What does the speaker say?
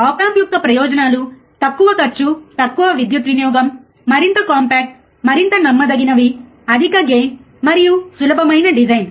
ఆప్ amps యొక్క ప్రయోజనాలు తక్కువ ఖర్చు తక్కువ విద్యుత్ వినియోగం మరింత కాంపాక్ట్ మరింత నమ్మదగినవి అధిక గెయిన్ మరియు సులభమైన డిజైన్